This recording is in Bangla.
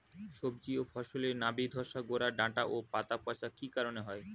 সবজি ও ফসলে নাবি ধসা গোরা ডাঁটা ও পাতা পচা কি কারণে হয়?